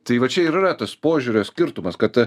tai va čia ir yra tas požiūrio skirtumas kad a